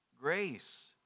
grace